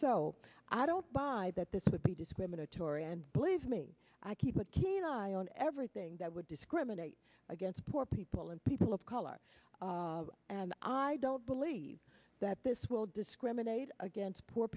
so i don't buy that this would be discriminatory and believe me i keep a keen eye on everything that would discriminate against poor people and people of color and i don't believe that this will discriminate against poor